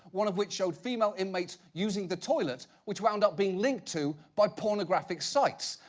one of which showed female inmates using the toilet, which wound up being linked to by pornographic sites.